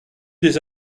des